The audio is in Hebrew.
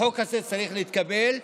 החוק הזה צריך להתקבל,